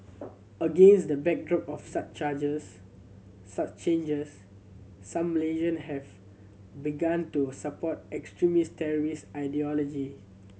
against the backdrop of such charges such changes some Malaysian have begun to support extremist terrorist ideology